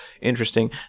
interesting